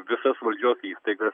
visas valdžios įstaigas